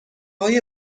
های